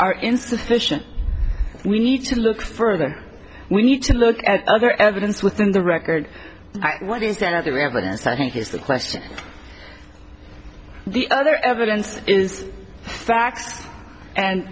are insufficient we need to look further we need to look at other evidence within the record what is that other evidence i think is the question the other evidence is facts and